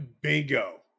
Bingo